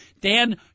Dan